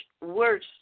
worse